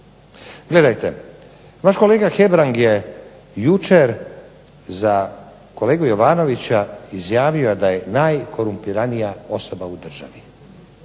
Gledajte, vaš kolega Hebrang je jučer za kolegu Jovanovića izjavio da je najkorumpiranija osoba u državi.